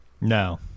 No